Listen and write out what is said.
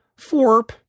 forp